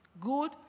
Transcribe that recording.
good